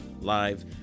live